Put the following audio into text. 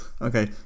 Okay